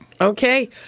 Okay